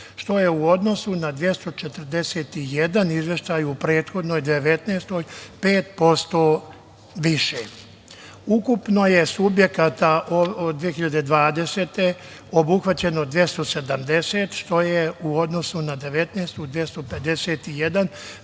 što je u odnosu na 241 izveštaj u prethodnoj 2019. godini 5% više. Ukupno je subjekata od 2020. godine obuhvaćeno 270, što je u odnosu na 2019.